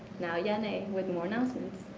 now, yahnai with more announcements.